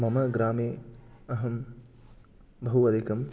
मम ग्रामे अहं बहु अधिकम्